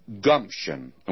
gumption